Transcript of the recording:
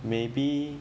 maybe